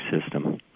system